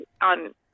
on